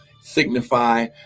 signify